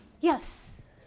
Yes